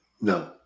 No